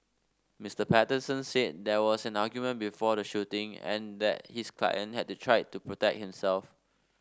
Mister Patterson said there was an argument before the shooting and that his client had tried to protect himself